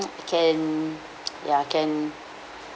can ya can